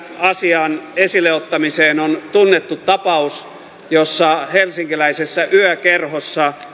asian esille ottamiseen on tunnettu tapaus jossa helsinkiläisessä yökerhossa